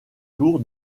tour